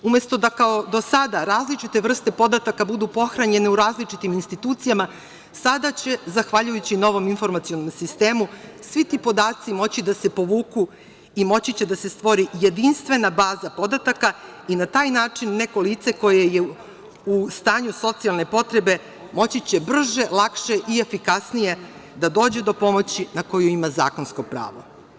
Umesto da kao do sada različite vrste podataka budu pohranjene u različitim institucijama sada će zahvaljujući novom informacionom sistemu svi ti podaci moći da se povuku i moći će da se stvori jedinstvena baza podataka i na taj način neko lice koje je u stanju socijalne potrebe, moći će brže, lakše, efikasnije da dođe do pomoći na koju ima zakonsko pravo.